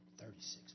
thirty-six